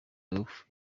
off